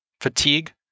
fatigue